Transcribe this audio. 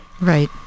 Right